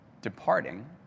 departing